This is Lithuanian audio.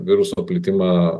viruso plitimą